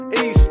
East